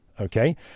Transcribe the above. okay